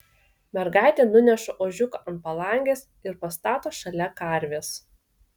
mergaitė nuneša ožiuką ant palangės ir pastato šalia karvės